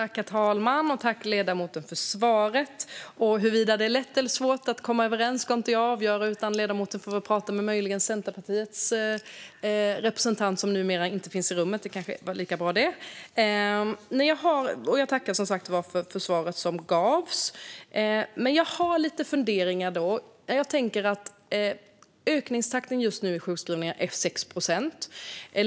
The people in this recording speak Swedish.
Herr talman! Tack, ledamoten, för svaret! Huruvida det är lätt eller svårt för er att komma överens ska inte jag avgöra. Ledamoten får möjligen prata med Centerpartiets representant, som inte är i rummet nu. Det kanske är lika bra. Jag tackar som sagt för det svar som gavs, men jag har lite funderingar. Ökningstakten i sjukskrivningarna just nu är 6 procent.